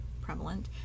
prevalent